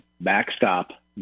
backstop